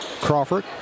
Crawford